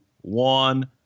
one